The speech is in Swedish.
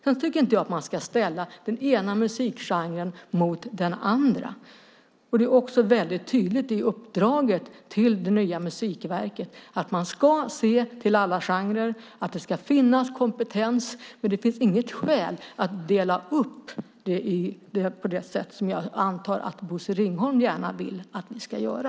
Sedan tycker jag inte att man ska ställa den ena musikgenren mot den andra. Det är också väldigt tydligt i uppdraget till det nya musikverket att man ska se till alla genrer och att det ska finnas kompetens, men det finns inget skäl att dela upp på det sätt som jag antar att Bosse Ringholm gärna vill att vi ska göra.